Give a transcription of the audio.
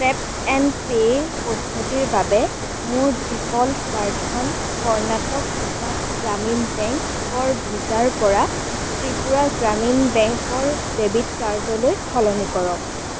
tap and pay পদ্ধতিৰ বাবে মোৰ ডিফ'ল্ট কাৰ্ডখন কৰ্ণাটক বিকাশ গ্ৰামীণ বেংকৰ ভিছাৰ পৰা ত্ৰিপুৰা গ্ৰামীণ বেংকৰ ডেবিট কাৰ্ডলৈ সলনি কৰক